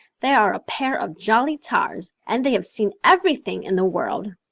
they are a pair of jolly tars and they have seen everything in the world.